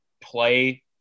play